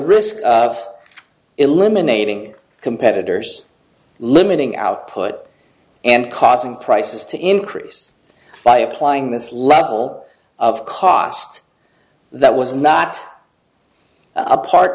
risk of eliminating competitors limiting output and causing prices to increase by applying this level of cost that was not a part